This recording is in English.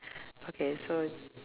okay so